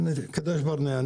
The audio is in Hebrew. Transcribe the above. קדש ברנע.